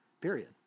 period